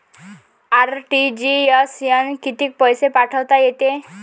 RTGS न कितीक पैसे पाठवता येते?